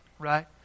right